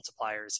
multipliers